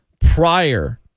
prior